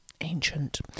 ancient